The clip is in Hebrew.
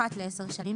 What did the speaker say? אחת לעשר שנים,